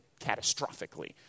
catastrophically